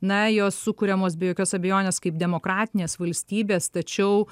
na jos sukuriamos be jokios abejonės kaip demokratinės valstybės tačiau